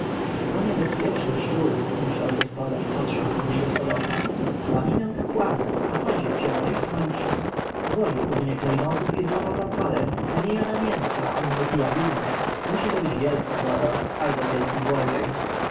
to niebezpieczny szczur myślał gospodarz patrząc na niego z pod oka ma minę kapłana a chodzi w ciemnej opończy złożył u mnie klejnotów i złota za talent a nie jada mięsa ani nie pije wina musi to być wielki prorok albo wielki złodziej